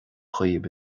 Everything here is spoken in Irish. daoibh